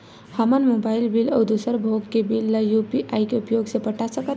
हमन mobile bill अउ दूसर भोग के बिल ला यू.पी.आई के उपयोग से पटा सकथन